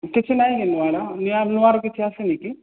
କିଛି ନାହିଁ ନୂଆର ନୂଆର କିଛି ଆସିନି କି